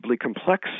complex